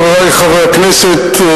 חברי חברי הכנסת,